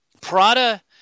Prada